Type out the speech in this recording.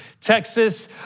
Texas